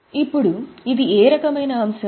ఇప్పుడు ఇది ఏ రకమైన అంశం